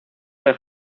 del